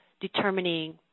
determining